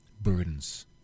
burdens